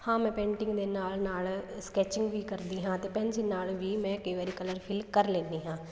ਹਾਂ ਮੈਂ ਪੇਂਟਿੰਗ ਦੇ ਨਾਲ ਨਾਲ ਸਕੈਚਿੰਗ ਵੀ ਕਰਦੀ ਹਾਂ ਅਤੇ ਪੈਂਸਿਲ ਨਾਲ ਵੀ ਮੈਂ ਕਈ ਵਾਰੀ ਕਲਰ ਫਿਲ ਕਰ ਲੈਂਦੀ ਹਾਂ